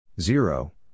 Zero